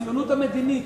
הציונות המדינית,